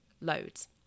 loads